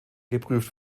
geprüft